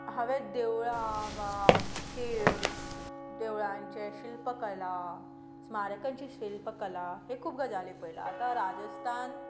हांवें देवळां वा खेळ देवळांचें शिल्पकला स्मारकांची शिल्पकला ह्यो खूब गजाली पळयल्यात आतां राजस्थान